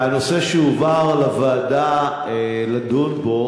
והנושא שהועבר לוועדה לדון בו,